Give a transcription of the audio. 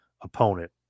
opponent